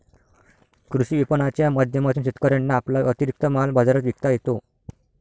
कृषी विपणनाच्या माध्यमातून शेतकऱ्यांना आपला अतिरिक्त माल बाजारात विकता येतो